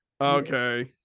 okay